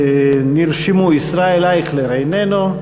נרשמו: ישראל אייכלר, איננו,